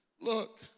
look